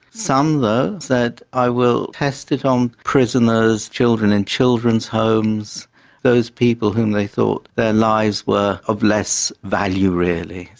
some though said i will test it on prisoners, children in children's homes those people whom they thought their lives were of less value, really.